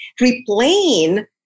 replaying